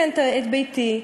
ארסוף.